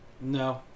No